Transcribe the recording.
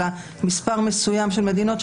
אלא מספר מסוים של מדינות,